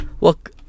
look